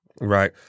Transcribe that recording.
Right